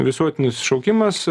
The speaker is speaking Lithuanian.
visuotinis šaukimas